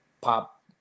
Pop –